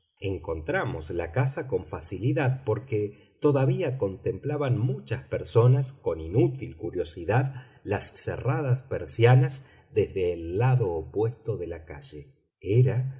encontramos la casa con facilidad porque todavía contemplaban muchas personas con inútil curiosidad las cerradas persianas desde el lado opuesto de la calle era